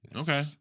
Okay